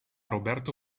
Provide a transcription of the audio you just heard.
roberto